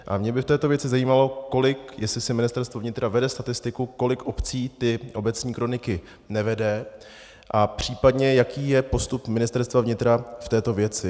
A mě by v této věci zajímalo, jestli si Ministerstvo vnitra vede statistiku, kolik obcí ty obecní kroniky nevede, a případně, jaký je postup Ministerstva vnitra v této věci.